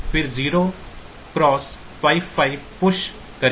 फिर 0x55 push करें